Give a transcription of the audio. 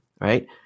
right